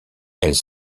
elles